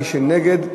מי שנגד,